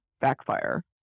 backfire